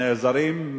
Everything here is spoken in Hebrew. שנעזרות,